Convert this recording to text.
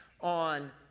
on